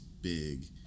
big